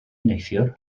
neithiwr